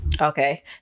Okay